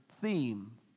theme